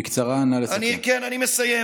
בקצרה, נא לסכם.